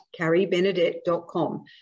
carriebenedette.com